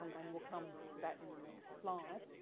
and we'll come to that in the next slide.